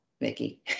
mickey